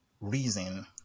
reason